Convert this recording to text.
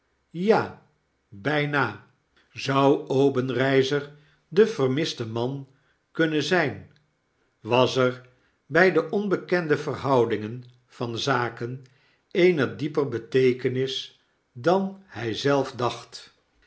ja byna zou obenreizer de vermiste mm kunnen zyn was er by de onbekende verhoudingen van zaken eene dieper beteekenis dan hij zelf dacht